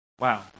Wow